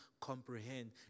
comprehend